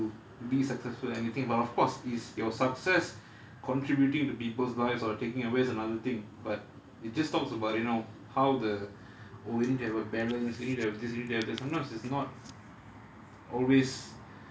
it takes a certain amount of obsession to be successful anything but of course is your success contributing to people's lives or taking away is another thing but it just talks about you know how the oh you need to have a balance you need to have this you need to have that sometimes it's not